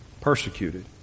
persecuted